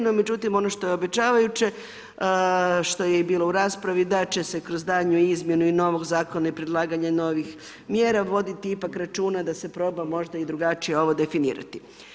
No, međutim, ono što je obećavajuće, što je bilo i u raspravi, da će se kroz daljnju izmjenu i novog zakona i predlaganja novih mjera voditi ipak računa, da se proba možda i drugačije ovo definirati.